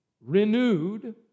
renewed